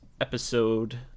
Episode